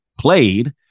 played